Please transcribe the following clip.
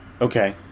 Okay